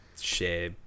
share